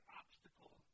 obstacle